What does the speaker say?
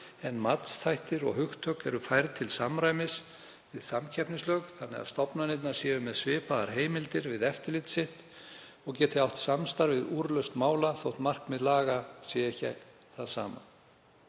en matsþættir og hugtök eru færð til samræmis við samkeppnislög þannig að stofnanirnar séu með svipaðar heimildir við eftirlit sitt og geti átt samstarf við úrlausn mála þótt markmið laga sé ekki það sama.